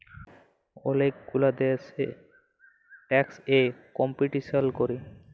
ওলেক গুলা দ্যাশে ট্যাক্স এ কম্পিটিশাল ক্যরে